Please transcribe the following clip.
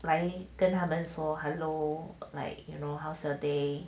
来跟他们说 hello like you know how's your day